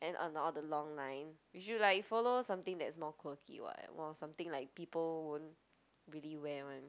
and on all the long line we should like follow something that is more quirky [what] more something like people won't really wear [one]